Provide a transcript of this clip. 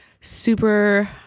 super